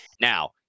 now